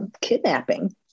kidnapping